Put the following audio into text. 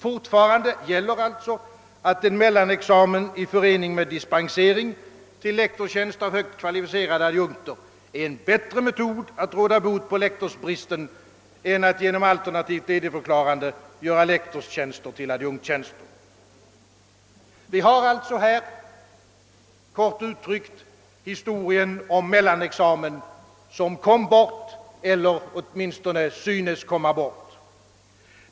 Fortfarande gäller alltså att en mellanexamen i förening med dispensering till lektorstjänst av högt kvalificerade adjunkter är en bättre metod att råda bot på lektorsbristen än att genom alternativt ledigförklarande göra lektorstjänster till adjunktstjänster. Vi har alltså här, kort uttryckt, historien om mellanexamen som kom bort eller åtminstone synes ha kommit bort.